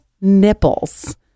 nipples